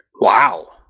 wow